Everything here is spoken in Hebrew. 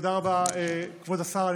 תודה רבה, כבוד השר.